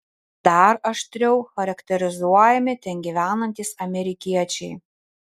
dar aštriau charakterizuojami ten gyvenantys amerikiečiai